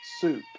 soup